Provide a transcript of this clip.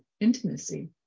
intimacy